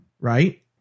right